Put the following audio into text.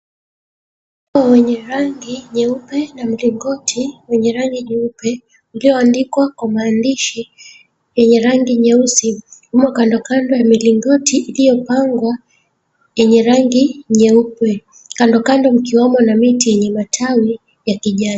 ...Wenye rangi nyeupe na mligoti wenye rangi nyeupe, ulioandikwa kwa maandishi yenye rangi nyeusi umo kandokando ya milingoti iliyopangwa yenye rangi nyeupe. Kandokando mkiwemo na miti yenye matawi ya kijani.